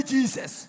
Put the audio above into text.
Jesus